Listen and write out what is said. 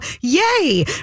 yay